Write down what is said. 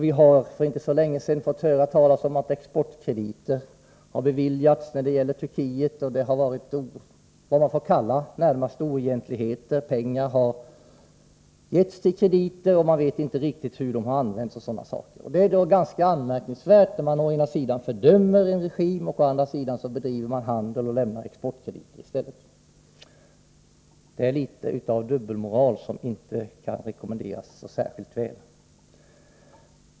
Vi har för inte så länge sedan fått höra talas om att exportkrediter har beviljats när det gäller Turkiet och att det har förekommit vad man får kalla oegentligheter: pengar har getts till krediter, och vi vet inte riktigt hur de har använts. Det är ganska anmärkningsvärt att man å ena sidan fördömer en regim och å andra sidan bedriver handel med och lämnar exportkrediter till denna. Det är litet av en dubbelmoral, vilket inte kan rekommenderas särskilt mycket.